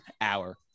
hour